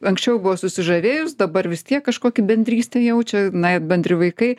anksčiau buvo susižavėjus dabar vis tiek kažkokį bendrystę jaučia na bendri vaikai